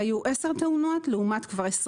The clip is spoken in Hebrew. היו 10 תאונות לעומת 24,